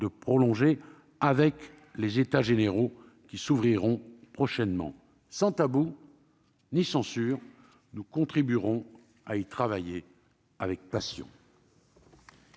de prolonger lors des États généraux qui s'ouvriront prochainement. Sans tabou ni censure, nous continuerons à y travailler avec passion.